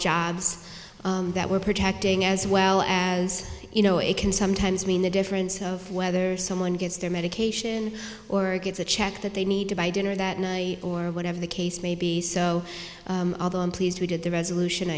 jobs that we're protecting as well as you know it can sometimes mean the difference of whether someone gets their medication or gets a check that they need to buy dinner that night or whatever the case may be so although i'm pleased we did the resolution